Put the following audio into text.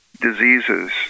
diseases